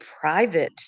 private